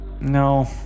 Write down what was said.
No